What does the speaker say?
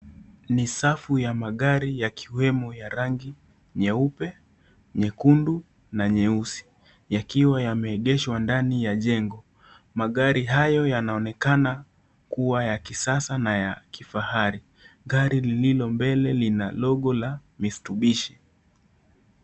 Ni safu ya magari yakiwemo ya rangi nyeupe, nyekundu na nyeusi yakiwa yameegeshwa ndani ya jengo magari hayo yanaonekana kuwa ya kisasa na ya kifahari, gari lililo mbele lina logo la Mitsubishi.